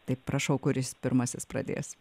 tai prašau kuris pirmasis pradės